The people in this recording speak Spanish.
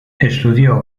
estudió